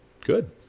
Good